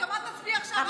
גם את תצביעי עכשיו,